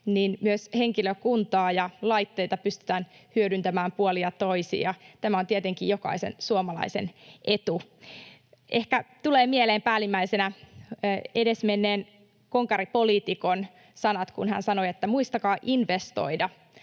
niin myös henkilökuntaa ja laitteita pystytään hyödyntämään puolin ja toisin, ja tämä on tietenkin jokaisen suomalaisen etu. Ehkä tulee mieleen päällimmäisenä edesmenneen konkaripoliitikon sanat, kun hän sanoi, että muistakaa investoida